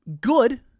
good